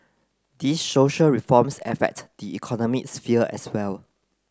these social reforms affect the economic sphere as well